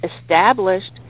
established